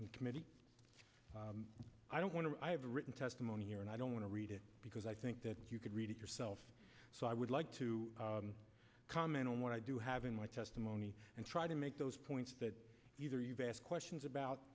the committee i don't want to i have written testimony here and i don't want to read it because i think that you could read it yourself so i would like to comment on what i do have in my testimony and try to make those points that either you've asked questions